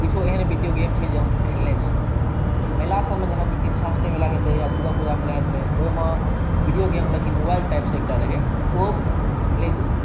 किछो एहन video game छै जे हम खेलने छी मेला सबमे जेनाकि कृष्णाष्टमी मेला हेतै या दुर्गा पूजा मेला होयत रहै ओहिमे विडियो गेम ले की मोबाइल टाइप से एकटा रहै ओ लैत रहै